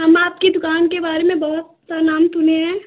हम आपकी दुकान के बारे में बहुत सा नाम सुने हैं